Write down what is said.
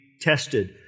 tested